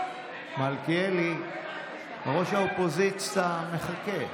מלכיאלי, ראש האופוזיציה מחכה,